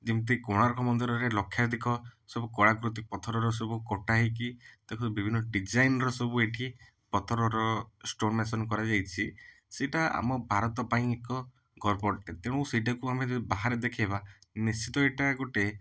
ଯେମିତି କୋଣାର୍କ ମନ୍ଦିରରେ ଲକ୍ଷାଧିକ ସବୁ କଳାକୃତି ପଥରର ସବୁ କଟା ହେଇକି ତା'ପରେ ବିଭିନ୍ନ ଡିଜାଇନ୍ର ସବୁ ଏଠି ପଥରର ଷ୍ଟୋରିନେସନ୍ କରାଯାଇଛି ସେଇଟା ଆମ ଭାରତ ପାଇଁ ଏକ ଗର୍ବ ଅଟେ ତେଣୁ ସେଇଟାକୁ ଆମେ ଯଦି ବାହାରେ ଦେଖେଇବା ନିଶ୍ଚିତ ଏଇଟା ଗୋଟେ